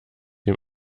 dem